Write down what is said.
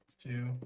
Two